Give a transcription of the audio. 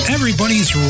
Everybody's